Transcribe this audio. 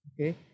okay